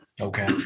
okay